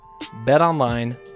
BetOnline